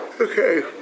Okay